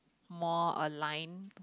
more align